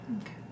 Okay